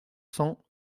cents